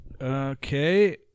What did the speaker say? Okay